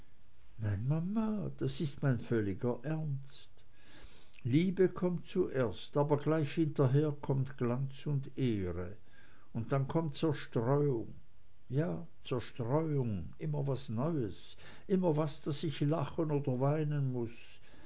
das ist mein völliger ernst liebe kommt zuerst aber gleich hinterher kommt glanz und ehre und dann kommt zerstreuung ja zerstreuung immer was neues immer was daß ich lachen oder weinen muß